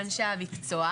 סעיף קטן (ז),